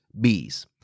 bees